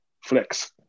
flex